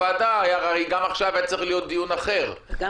גם עכשיו היה צריך להיות דיון אחר --- גם